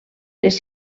les